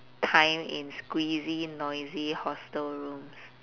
time in squeezy noisy hostel rooms